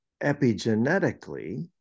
epigenetically